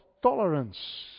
Tolerance